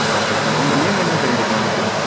okay sir உங்கள் name என்னென்னு தெரிஞ்சுக்கலாமா சார்